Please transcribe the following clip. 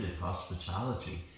hospitality